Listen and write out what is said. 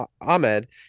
Ahmed